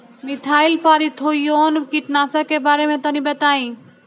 Methyl parathion कीटनाशक के बारे में तनि बताई?